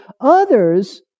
Others